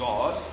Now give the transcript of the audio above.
God